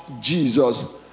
Jesus